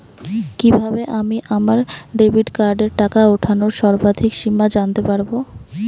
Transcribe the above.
কিভাবে আমি আমার ডেবিট কার্ডের টাকা ওঠানোর সর্বাধিক সীমা জানতে পারব?